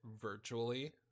virtually